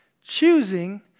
choosing